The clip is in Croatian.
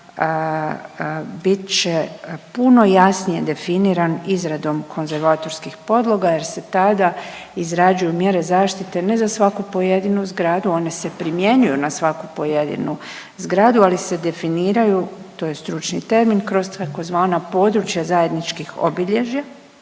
bit će puno jasnije definiran izradom konzervatorskih podloga jer se tada izrađuju mjere zaštite, ne za svaku pojedinu zgradu, one se primjenjuju na svaku pojedinu zgradu, ali se definiraju, to je stručni termin, kroz tzv. područja zajedničkih obilježja